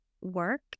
work